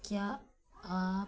क्या आप